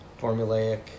formulaic